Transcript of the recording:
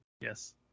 Yes